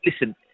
listen